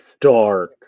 dark